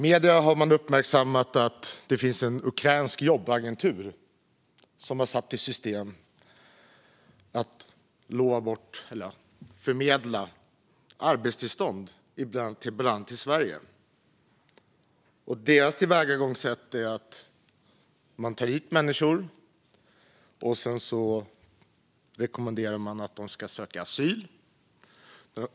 Medier har uppmärksammat att det finns en ukrainsk jobbagentur som har satt i system att lova bort, eller förmedla, arbetstillstånd i bland annat Sverige. Agenturens tillvägagångssätt är att ta hit människor och rekommendera dem att söka asyl.